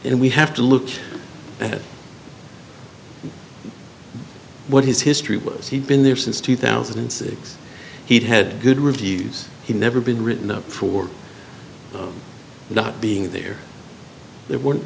then we have to look at what his history was he'd been there since two thousand and six he'd had good reviews he never been written up for not being there they weren't